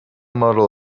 model